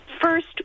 first